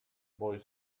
boy